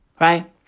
right